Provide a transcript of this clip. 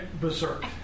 berserk